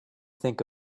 think